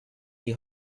die